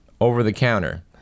over-the-counter